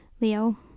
Leo